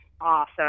awesome